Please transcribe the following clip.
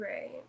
Right